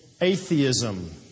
atheism